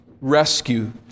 rescue